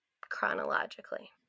chronologically